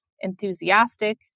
enthusiastic